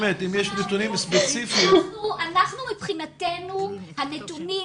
אם יש נתונים ספציפיים --- אנחנו מבחינתנו הנתונים,